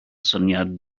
syniad